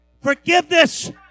forgiveness